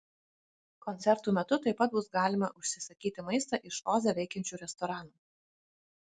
koncertų metu taip pat bus galima užsisakyti maistą iš oze veikiančių restoranų